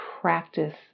practice